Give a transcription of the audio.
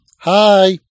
Hi